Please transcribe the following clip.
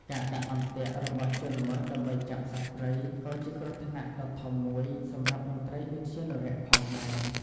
ការដាក់ អន្ទាក់ របស់ជនល្មើសដើម្បីចាប់សត្វព្រៃ ក៏ជាគ្រោះថ្នាក់ដ៏ធំមួយសម្រាប់មន្ត្រីឧទ្យានុរក្សផងដែរ។